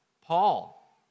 Paul